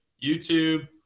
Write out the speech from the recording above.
YouTube